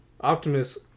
optimus